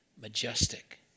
majestic